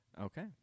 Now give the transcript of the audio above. Okay